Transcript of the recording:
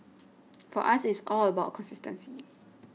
for us it's all about consistency